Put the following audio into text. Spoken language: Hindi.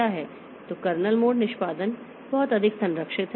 तो कर्नेल मोड निष्पादन बहुत अधिक संरक्षित है